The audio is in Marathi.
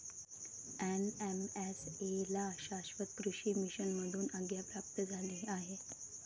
एन.एम.एस.ए ला शाश्वत कृषी मिशन मधून आज्ञा प्राप्त झाली आहे